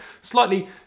slightly